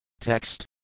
Text